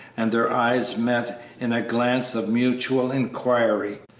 and their eyes met in a glance of mutual inquiry.